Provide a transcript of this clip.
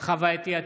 חוה אתי עטייה,